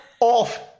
off